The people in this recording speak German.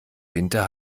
winter